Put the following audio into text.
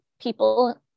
people